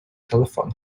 телефон